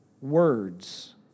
words